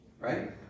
Right